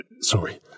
Sorry